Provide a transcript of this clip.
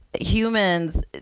humans